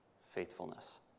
faithfulness